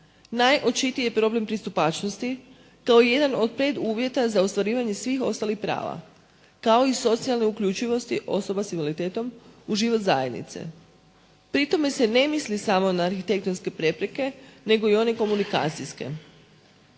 Najočitiji problem pristupačnosti. To je jedan od 5 uvjeta za ostvarivanje svih ostali prava kao i socijalne uključivosti osoba sa invaliditetom u život zajednice. Pri tome se ne misli samo na arhitektonske prepreke nego i one komunikacijske.